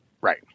Right